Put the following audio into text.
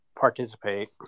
participate